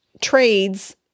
trades